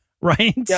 Right